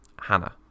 Hannah